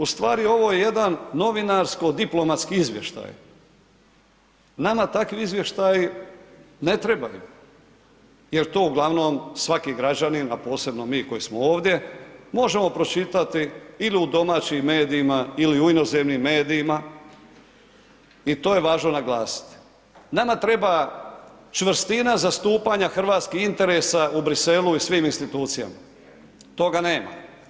U stvari ovo je jedan novinarsko diplomatski izvještaj, nama takvi izvještaji ne trebaju jer to uglavnom svaki građanin, a posebno mi koji smo ovdje možemo pročitati ili u domaćim medijima ili u inozemnim medijima i to je važno naglasiti, nama treba čvrstina zastupanja hrvatskih interesa u Briselu i svim institucijama, toga nema.